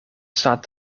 staat